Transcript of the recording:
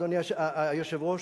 אדוני היושב-ראש,